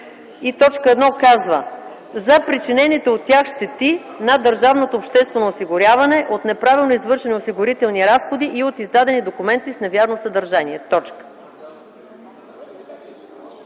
И т. 1 казва: „За причинените от тях щети на държавното обществено осигуряване от неправилно извършени осигурителни разходи и от издадени документи с невярно съдържание”. Тогава,